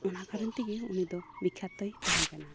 ᱚᱱᱟ ᱠᱟᱨᱚᱱ ᱛᱮᱜᱮ ᱩᱱᱤ ᱫᱚ ᱵᱤᱠᱠᱷᱟᱛᱚᱭ ᱛᱟᱦᱮᱸ ᱠᱟᱱᱟ